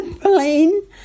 plane